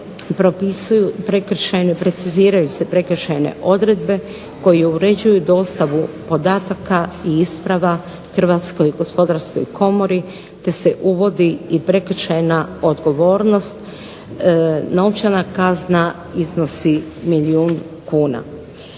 preciziraju se prekršajne odredbe koje uređuju dostavu podataka i isprava Hrvatskoj gospodarskoj komori, te se uvodi i prekršajna odgovornost, novčana kazna iznosi milijun kuna.